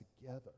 together